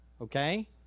Okay